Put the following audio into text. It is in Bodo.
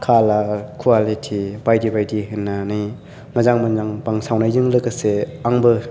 कालार क्वालिटि बायदि बायदि होननानै मोजां मोजां बानसावनायजों लोगोसे आंबो